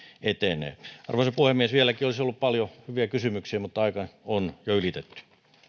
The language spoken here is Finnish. etenevät arvoisa puhemies vieläkin olisi ollut paljon hyviä kysymyksiä mutta aikani on jo ylitetty